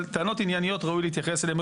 אבל טענות ענייניות ראוי להתייחס אליהן.